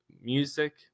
music